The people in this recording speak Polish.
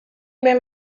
mnie